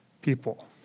people